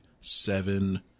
seven